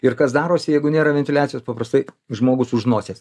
ir kas darosi jeigu nėra ventiliacijos paprastai žmogus už nosies